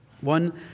One